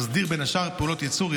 מסדיר בין השאר פעולות ייצור,